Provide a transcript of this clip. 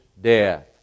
death